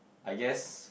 I guess